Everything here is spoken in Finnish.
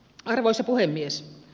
arvoisa puhemies